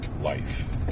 life